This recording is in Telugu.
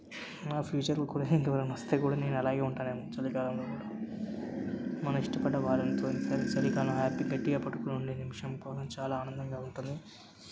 నాకు ఫ్యూచర్లో కూడా ఇంకెవరైనా వస్తే కూడా నేను అలాగే ఉంటానేమో చలికాలంలో మన ఇష్టపడ్డ వాళ్ళతోనే చ చలికాలం హ్యాపీ గట్టిగా పట్టుకుని ఉండే నిమిషం కోసం చాలా ఆనందంగా ఉంటుంది